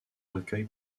recueil